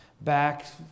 back